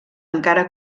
encara